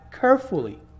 carefully